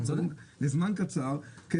לזמן קצר.